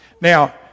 Now